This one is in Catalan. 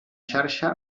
xarxa